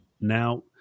now